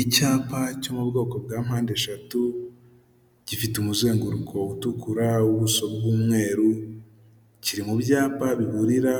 Icyapa cyo mu bwoko bwa mpandeshatu gifite umuzenguruko utukura, ubuso bw'umweru, kiri mu byapa biburira